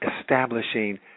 establishing